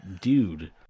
dude